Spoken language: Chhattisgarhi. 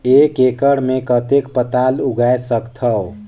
एक एकड़ मे कतेक पताल उगाय सकथव?